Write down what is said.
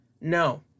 No